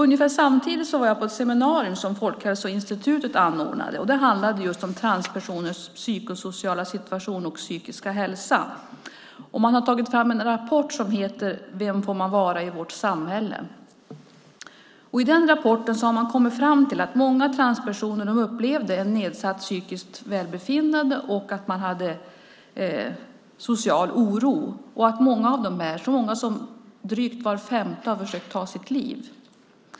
Ungefär samtidigt var jag på ett seminarium som Folkhälsoinstitutet anordnade. Det handlade om transpersoners psykosociala situation och psykiska hälsa. Man har tagit fram rapporten Vem får man vara i vårt samhälle? I den rapporten har man kommit fram till att många transpersoner upplever ett nedsatt psykiskt välbefinnande och att de har en social oro. Så många som drygt var femte har försökt att ta sitt liv.